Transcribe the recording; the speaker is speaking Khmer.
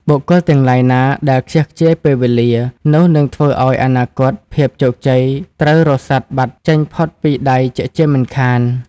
បុគ្គលទាំងឡាយណាដែលខ្ជះខ្ជាយពេលវេលា នោះនឹងធ្វើឲ្យអនាគត ភាពជោគជ័យត្រូវរសាត់បាត់ចេញផុតពីដៃជាក់ជាមិនខាន។